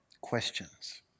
questions